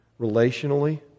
relationally